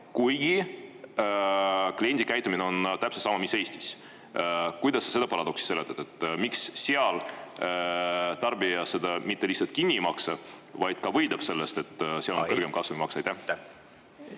kuigi kliendi käitumine on täpselt sama, mis Eestis. Kuidas te seda paradoksi seletate? Miks seal tarbija seda mitte lihtsalt kinni ei maksa, vaid ka võidab sellest, et seal on kõrgem kasumimaks?